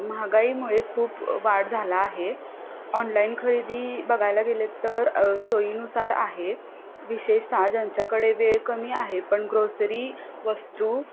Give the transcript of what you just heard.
महागाईमुळे खूप वाढ झाला आहे ऑनलाईन खरेदी बघायला गेले तर सोयीनुसार आहे विशेषत ज्यांच्याकडे वेळ कमी आहे पण ग्रोसरी वस्तू